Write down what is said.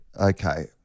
Okay